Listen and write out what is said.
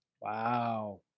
Wow